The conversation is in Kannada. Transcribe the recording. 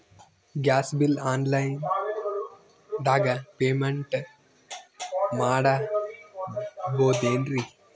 ಗ್ಯಾಸ್ ಬಿಲ್ ಆನ್ ಲೈನ್ ದಾಗ ಪೇಮೆಂಟ ಮಾಡಬೋದೇನ್ರಿ?